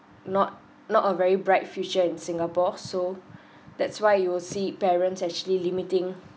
not not a very bright future in singapore so that's why you will see parents actually limiting